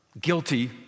guilty